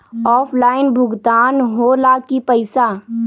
Offline भुगतान हो ला कि पईसा?